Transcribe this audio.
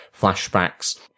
flashbacks